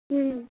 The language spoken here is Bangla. হুম